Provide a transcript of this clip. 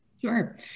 Sure